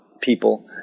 people